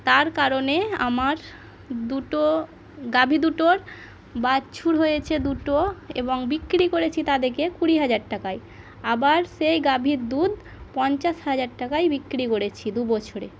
তার কারণে আমার দুটো গাভী দুটোর বাছুর হয়েছে দুটো এবং বিক্রি করেছি তাদেরকে কুড়ি হাজার টাকায় আবার সেই গাভীর দুধ পঞ্চাশ হাজার টাকায় বিক্রি করেছি দু বছরে